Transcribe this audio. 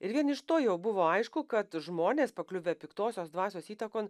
ir vien iš to jau buvo aišku kad žmonės pakliuvę piktosios dvasios įtakon